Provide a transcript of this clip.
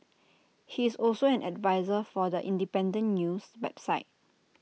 he is also an adviser for The Independent news website